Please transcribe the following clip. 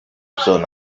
sun